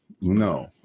No